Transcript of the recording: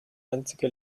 einzige